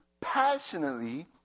passionately